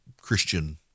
Christian